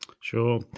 Sure